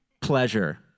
Pleasure